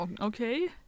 Okay